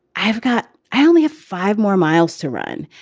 i forgot i only have five more miles to run.